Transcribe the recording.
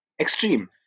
extreme